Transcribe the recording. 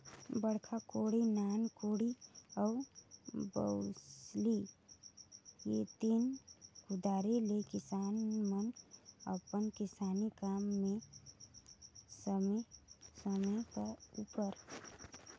बड़खा कोड़ी, नान कोड़ी अउ बउसली ए तीनो कुदारी ले किसान मन अपन किसानी काम मे समे समे उपर